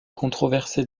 controversé